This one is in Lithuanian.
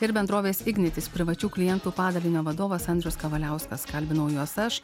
ir bendrovės ignitis privačių klientų padalinio vadovas andrius kavaliauskas kalbinau juos aš